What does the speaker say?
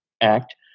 Act